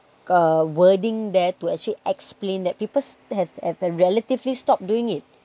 uh wording there to actually explain that people have relatively stopped doing it